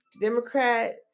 democrat